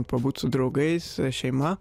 pabūt su draugais šeima